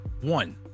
one